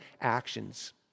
actions